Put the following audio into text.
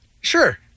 Sure